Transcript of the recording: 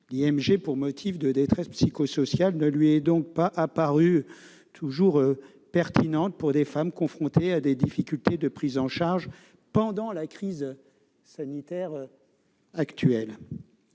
L'IMG pour motif de détresse psychosociale ne lui est donc pas toujours apparue pertinente pour des femmes confrontées à des difficultés de prise en charge pendant la crise sanitaire.